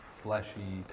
fleshy